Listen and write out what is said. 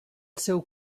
seu